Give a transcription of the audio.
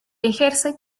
ejerce